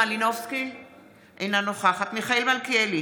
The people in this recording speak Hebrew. אינה נוכחת מיכאל מלכיאלי,